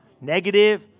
Negative